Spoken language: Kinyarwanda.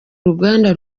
uruganda